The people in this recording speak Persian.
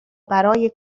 برای